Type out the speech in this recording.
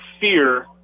fear